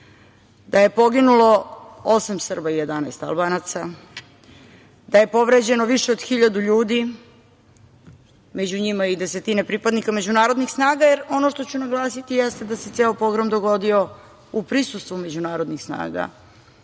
da je poginulo osam Srba i 11 Albanaca, da je povređeno više od 1.000 ljudi, a među njima i desetine pripadnika međunarodnih snaga, jer ono što ću naglasiti jeste da se ceo pogrom dogodio u prisustvu međunarodnih snaga